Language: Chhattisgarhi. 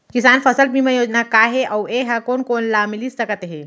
किसान फसल बीमा योजना का हे अऊ ए हा कोन कोन ला मिलिस सकत हे?